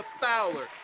fowler